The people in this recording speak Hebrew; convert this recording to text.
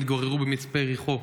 הם התגוררו במצפה יריחו.